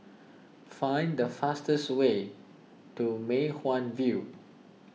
find the fastest way to Mei Hwan View